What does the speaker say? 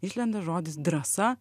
išlenda žodis drąsa